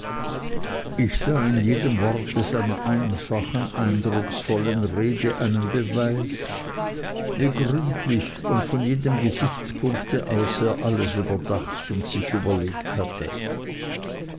ich sah in jedem worte seiner einfachen eindrucksvollen rede einen neuen beweis wie gründlich und von jedem gesichtspunkte aus er alles überdacht und sich überlegt hatte